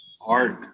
art